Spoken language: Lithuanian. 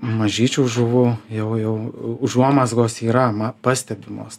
mažyčių žuvų jau jau užuomazgos yra ma pastebimos